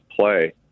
play